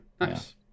Nice